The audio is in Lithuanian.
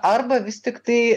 arba vis tiktai